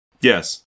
Yes